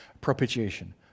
propitiation